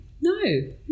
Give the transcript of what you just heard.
No